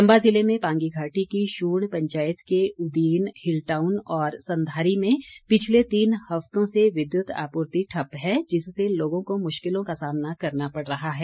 चम्बा जिले में पांगी घाटी की शूण पंचायत के उदीन हिल टाउन और संधारी में पिछले तीन हफ्तों से विद्युत आपूर्ति ठप्प है जिससे लोगों को मुश्किलों का सामना करना पड़ रहा है